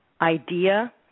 idea